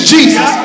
Jesus